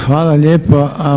Hvala lijepo.